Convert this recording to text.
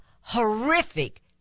horrific